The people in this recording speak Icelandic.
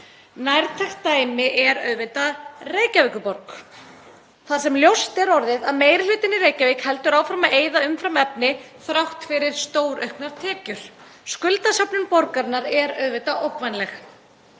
Nærtækt dæmi er auðvitað Reykjavíkurborg þar sem ljóst er orðið að meiri hlutinn í Reykjavík heldur áfram að eyða umfram efni þrátt fyrir stórauknar tekjur. Skuldasöfnun borgarinnar er auðvitað ógnvænleg.